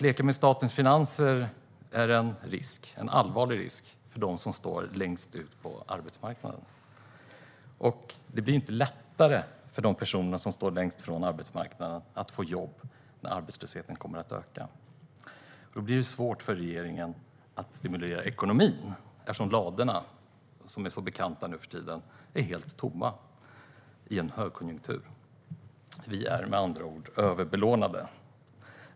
Lek med statens finanser utgör en allvarlig risk för dem står längst bort från arbetsmarknaden. Det blir ju inte lättare för de personerna att få jobb när arbetslösheten ökar. Då blir det svårt för regeringen att stimulera ekonomin eftersom ladorna, som är så välbekanta nu för tiden, är helt tomma - i en högkonjunktur. Vi är med andra ord överbelånade.